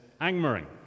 Angmering